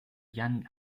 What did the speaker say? jan